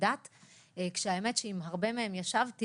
ככה ממש לפני הדיון,